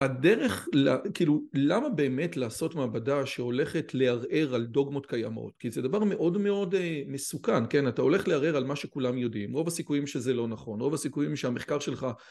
הדרך כאילו, למה באמת לעשות מעבדה שהולכת לערער על דוגמות קיימות? כי זה דבר מאוד מאוד מסוכן, כן, אתה הולך לערער על מה שכולם יודעים רוב הסיכויים שזה לא נכון, רוב הסיכויים שהמחקר שלך...